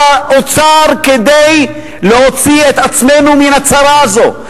האוצר כדי להוציא את עצמנו מן הצרה הזאת.